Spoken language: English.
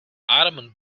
ottoman